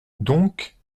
donc